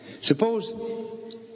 Suppose